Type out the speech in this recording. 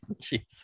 Jesus